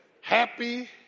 happy